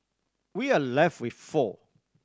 we are left with four